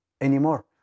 anymore